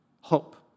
hope